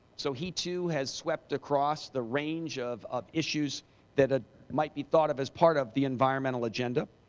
so he too has swept across the range of of issues that ah might be thought of as part of the environmental agenda.